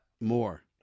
more